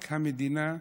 רק המדינה,